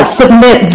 submit